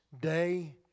day